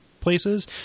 places